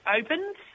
opens